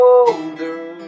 older